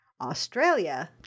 Australia